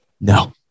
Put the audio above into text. No